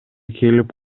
келип